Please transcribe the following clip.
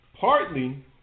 partly